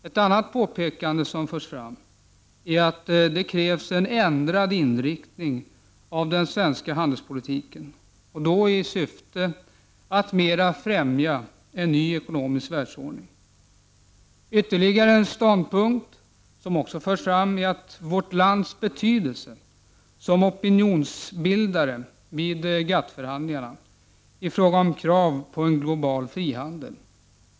Ett annat påpekande som görs är att det krävs en ändrad inriktning av den svenska handelspolitiken, i syfte att mer främja en ny ekonomisk världsordning. En ytterligare synpunkt som förs fram är att vårt land har stor betydelse som opinionsbildare vid GATT-förhandlingarna när det gäller krav på en global frihandel.